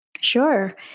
Sure